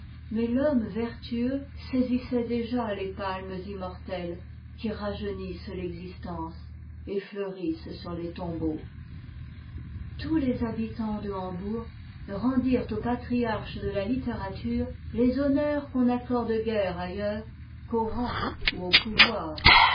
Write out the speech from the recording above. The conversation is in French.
mais l'homme vertueux saisissait déjà les palmes immortelles qui rajeunissent l'existence et sourissent sur tes tombeaux tous les habitants de hambourg rendirent au patriarche de la littérature les honneurs qu'on n'accorde guère ailleurs qu'au rang ou au pouvoir